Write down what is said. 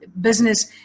business